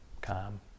calm